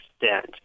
extent